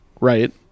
right